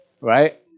right